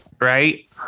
right